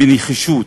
בנחישות,